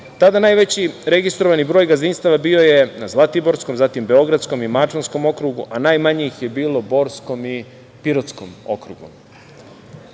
Tada najveći registrovani broj gazdinstava bio je na Zlatiborskom, zatim Beogradskom i Mačvanskom okrugu, a najmanje ih je bilo u Borskom i Pirotskom okrugu. Jedan